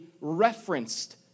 referenced